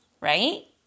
right